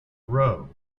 row